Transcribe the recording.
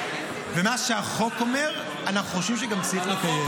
ומה שהחוק אומר אנחנו חושבים שגם צריך לקיים.